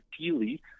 ideally